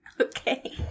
Okay